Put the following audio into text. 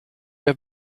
have